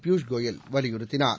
பியூஷ் கோயல் வலியுறுத்தினார்